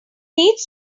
needs